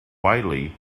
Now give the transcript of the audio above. widely